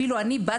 אפילו אני,